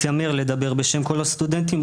מתיימר לדבר בשם כל הסטודנטים,